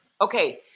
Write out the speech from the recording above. Okay